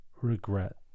regret